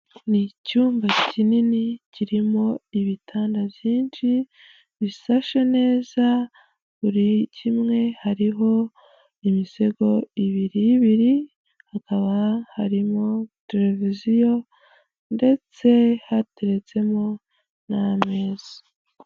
Ni icyumba kinini kirimo ibitanda byinshi bisashe neza, buri kimwe, hariho imisego ibiri biri, hakaba harimo televiziyo ndetse hateretsemo n'ameza.